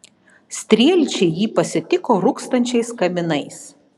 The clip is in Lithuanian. strielčiai jį pasitiko rūkstančiais kaminais